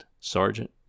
sergeant